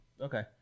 Okay